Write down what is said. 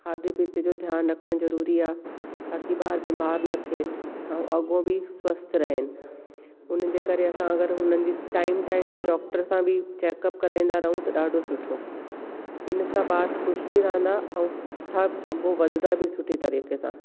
खाधे पीते जो ध्यानु रखणु ज़रूरी आहे ताक़ी ॿार बीमार न थियनि ऐं अॻियां बि स्वस्थ रहनि उन्हनि जे करे असां अगरि हुनन जी टाइम टाइम ते डॉक्टर सां बि चेकअप कराईंदा रहूं त ॾाढो सुठो हिन सां ॿार ख़ुशि बि रहंदा ऐं सुठा अॻियां वधदा बि सुठे तरीक़े सां